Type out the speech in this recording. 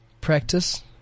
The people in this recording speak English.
practice